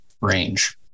range